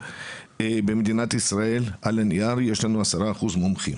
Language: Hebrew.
במדינת ישראל יש לנו 10% מומחים